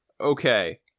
okay